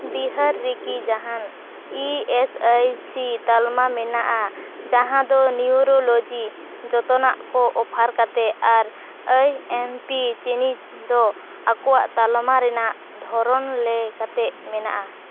ᱵᱤᱦᱟᱨ ᱨᱮᱠᱤ ᱡᱟᱦᱟᱱ E S I C ᱛᱟᱞᱢᱟ ᱢᱮᱱᱟᱜᱼᱟ ᱡᱟᱦᱟᱸᱫᱚ ᱱᱤᱣᱨᱳᱞᱚᱡᱤ ᱡᱚᱛᱚᱱᱟᱜᱠᱚ ᱚᱯᱷᱟᱨ ᱠᱟᱛᱮᱫ ᱟᱨ ᱟᱭ ᱮᱢ ᱯᱤ ᱪᱤᱱᱤᱪᱫᱚ ᱟᱠᱚᱣᱟᱜ ᱛᱟᱞᱢᱟ ᱨᱮᱱᱟᱜ ᱫᱷᱚᱨᱚᱱ ᱞᱟᱹᱭ ᱠᱟᱛᱮᱫ ᱢᱮᱱᱟᱜᱼᱟ